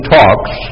talks